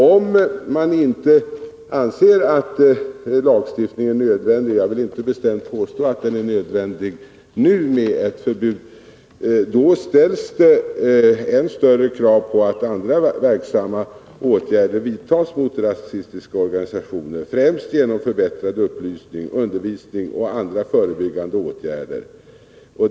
Om man inte anser att lagstiftning är nödvändig -— jag vill inte bestämt påstå att det är nödvändigt nu med ett förbud — då ställs det än större krav på att andra verksamma åtgärder vidtas mot rasistiska organisationer, främst förbättrad upplysning och undervisning samt andra förebyggande åtgärder.